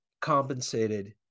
compensated